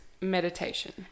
meditation